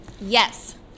Yes